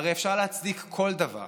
הרי אפשר להצדיק כל דבר.